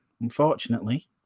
Unfortunately